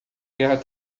guerra